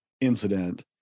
incident